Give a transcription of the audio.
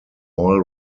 all